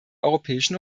europäischen